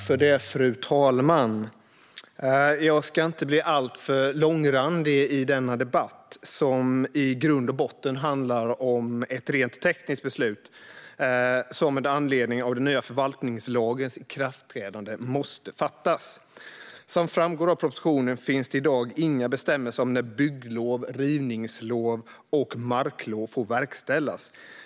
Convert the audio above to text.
Fru talman! Denna debatt handlar i grund och botten om ett rent tekniskt beslut som måste fattas med anledning av den nya förvaltningslagens ikraftträdande. Som framgår av propositionen finns det i dag inga bestämmelser om när bygglov, rivningslov eller marklov får verkställas.